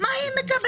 מה היא מקבלת.